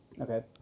Okay